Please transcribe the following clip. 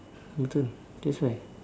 betul that's why